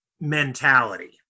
mentality